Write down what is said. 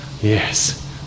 Yes